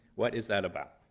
what is that about?